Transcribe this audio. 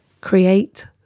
Create